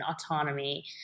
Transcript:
autonomy